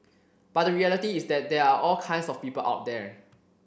but the reality is that there are all kinds of people out there